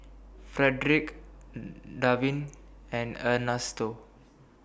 Fredric Darwyn and Ernesto